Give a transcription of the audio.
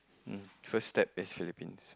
mm first step is Philippines